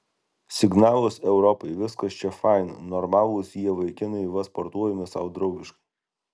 signalas europai viskas čia fain normalūs jie vaikinai va sportuojame sau draugiškai